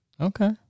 Okay